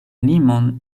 limon